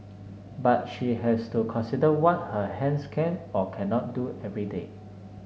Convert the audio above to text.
but she has to consider what her hands can or cannot do every day